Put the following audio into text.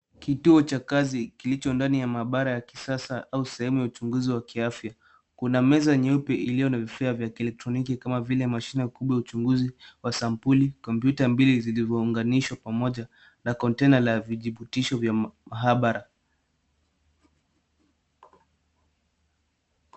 Kituo cha kazi kilicho ndani ya maabara ya kisasa au sehemu ya uchunguzi wa kiafya. Kuna meza nyeupe iliyo na vifaa vya kielektroniki kama vile mashine ya kupiga uchunguzi wa sampuli. kompyuta mbili zilizounganishwa pamoja na konteina ya vijubitisho vya maabara.